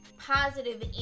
positive